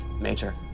Major